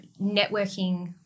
networking